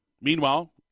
Meanwhile